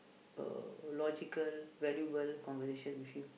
a logical valuable conversation with him